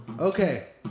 Okay